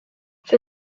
für